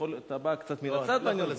אתה בא קצת מן הצד בעניין הזה,